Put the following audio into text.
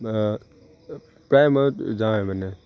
প্ৰায় মই যাওঁৱে মানে